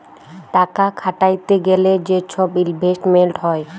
টাকা খাটাইতে গ্যালে যে ছব ইলভেস্টমেল্ট হ্যয়